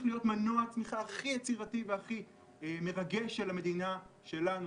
להיות מנוע צמיחה הכי יצירתי והכי מרגש של המדינה שלנו.